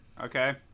Okay